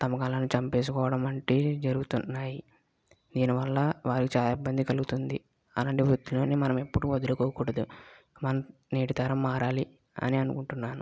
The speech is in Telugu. తమ కళలను చంపేసుకోవడం వంటివి జరుగుతున్నాయి దీనివల్ల వారికి చాలా ఇబ్బంది కలుగుతుంది అలాంటి వృత్తులను మనం ఎప్పుడూ వదులుకోకూడదు మన నేటి తరం మారాలి అని అనుకుంటున్నాను